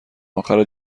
اخر